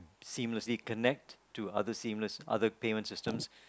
seamlessly connect to others seamless other payments systems